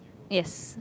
yes